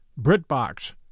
BritBox